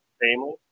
family